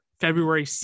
February